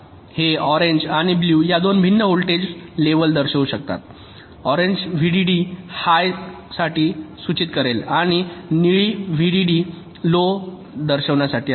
हे ऑरेन्ज आणि ब्लू ह्या दोन भिन्न व्होल्टेज लेवल दर्शवू शकतात ऑरेंज व्हीडीडी हाय सूचित करेल आणि निळा व्हीडीडी लो दर्शवू शकेल